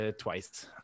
twice